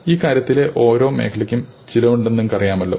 ഈ കാര്യത്തിലെ ഓരോ മേഖലയ്ക്കും ചിലവുണ്ടെന്ന് നമുക്കറിയാമല്ലോ